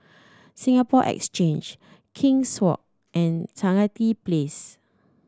Singapore Exchange King's Walk and Stangee Place